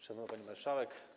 Szanowna Pani Marszałek!